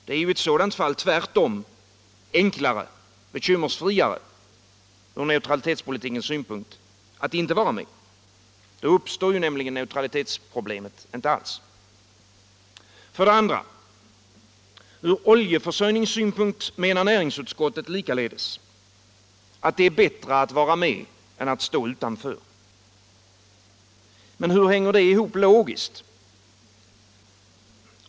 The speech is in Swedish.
Det är i sådant fall tvärtom enklare och mera bekymmersfritt ur neutralitetspolitikens synpunkt att inte vara med. Då uppstår nämligen neutralitetsproblemen inte alls. Ur oljeförsörjningssynpunkt menar näringsutskottet likaledes att det är bättre att vara med än att stå utanför. Men hur hänger det ihop logiskt?